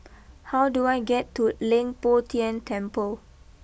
how do I get to Leng Poh Tian Temple